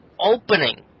opening